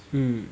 hmm